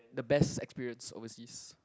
the best experience overseas